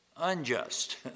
unjust